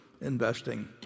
investing